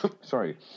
Sorry